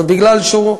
ומכיוון שהוא,